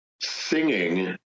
singing